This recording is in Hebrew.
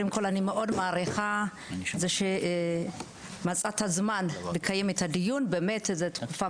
אני מאוד מעריכה את זה שמצאת זמן לקיים את הדיון אף על פי שמדובר בתקופה